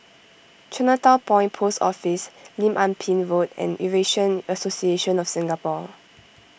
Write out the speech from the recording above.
Chinatown Point Post Office Lim Ah Pin Road and Eurasian Association of Singapore